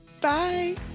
bye